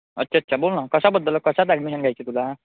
अच्छा अच्छा बोल ना कशाबद्दल कशात ॲडमिशन घ्यायची आहे तुला